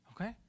okay